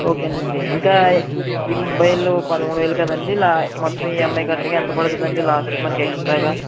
ఓకేనండి ఇంకా ఈ మొబైల్ పదమూడు వేలు కదండి మొత్తం ఇఎంఐ కట్టక ఎంత పడుతుందండి లాస్ట్కి మనం ఎక్స్ట్రాగా